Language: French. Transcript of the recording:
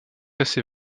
assez